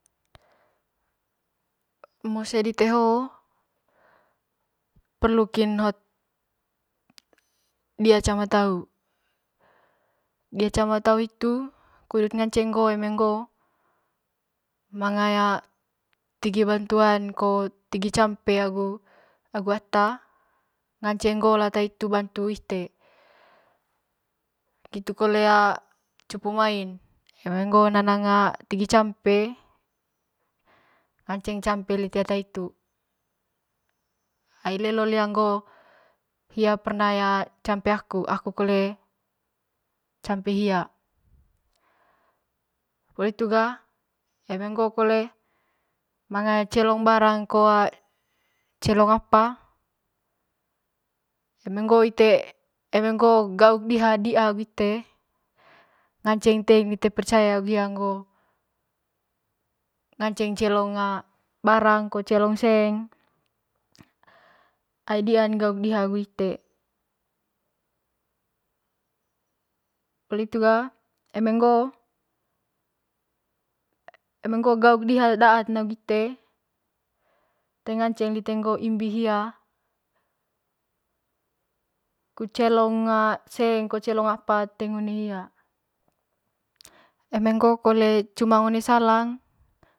Mosee dite ho'o perlu kin di'a cama tau, cama tau hitu kudut ngaceng ngo'o eme ngoo manga ya tegi bantuan ko tegi agu ata ngaceng ngoo lata hitu bantu ite ngitu kole cupu mai eme ngoo nanang tegi campe ngaceng campe lite ta hitu ai lelo lia ngo'o hia perna ya campe aku aku kole campe hia poli hitu ga eme ngo kole manga celong barang ko celong apa eme ngo ite eme ngo gaku diha di'a agu ite ngaceng teing lite percaya agu hia ngo ngaceng celong barang ko celong seng ai di'an gauk diha agu ite poli hitu ga eme ngo eme ngo gauk diha daa't agu ite toe ngaceng lite ngo'o imbi hia kut celong seng o celong apa teing one hia eme ngo kole cumang one salang.